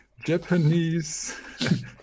Japanese